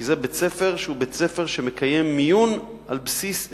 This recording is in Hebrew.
כי זה בית-ספר שמקיים מיון על בסיס הישגים,